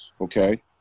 okay